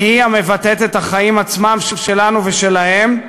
שהיא המבטאת את החיים עצמם, שלנו ושלהם,